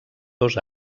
dos